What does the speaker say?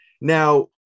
Now